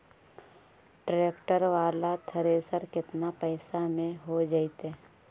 Tractor बाला thresher केतना पैसा में हो जैतै?